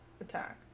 attack